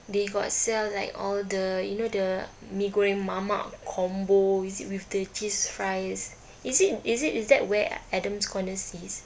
they got sell like all the you know the mee goreng mamak combo is it with the cheese fries is it is it is that where adam's corners is